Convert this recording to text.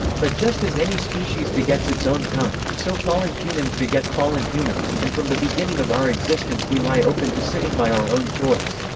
but just as any species begets its own kind, so fallen humans beget fallen humans, and from the beginning of our existence we lie open to sinning by our own choice.